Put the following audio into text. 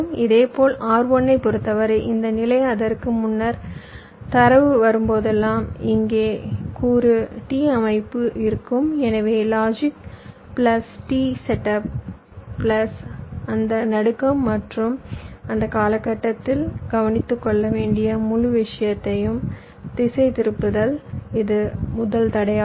இதேபோல் R1 ஐப் பொறுத்தவரை இந்த நிலை அதற்கு முன்னர் தரவு வரும்போதெல்லாம் இங்கே கூறு t அமைப்பு இருக்கும் எனவே logic plus t setup plus அந்த நடுக்கம் மற்றும் அந்த காலகட்டத்தில் கவனித்துக் கொள்ள வேண்டிய முழு விஷயத்தையும் திசை திருப்புதல் இது முதல் தடை ஆகும்